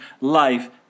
life